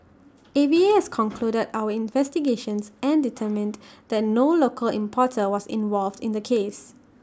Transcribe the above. A V A has concluded our investigations and determined that no local importer was involved in the case